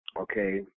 Okay